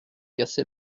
cassé